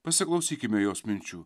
pasiklausykime jos minčių